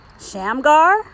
Shamgar